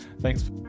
thanks